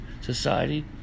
society